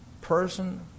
person